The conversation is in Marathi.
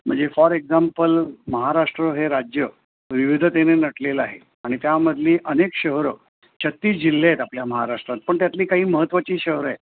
म्हणजे फॉर एक्झाम्पल महाराष्ट्र हे राज्य विविधतेने नटलेलं आहे आणि त्यामधली अनेक शहरं छत्तीस जिल्हे आहेत आपल्या महाराष्ट्रात पण त्यातली काही महत्वाची शहरं आहेत